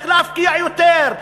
איך להפקיע יותר,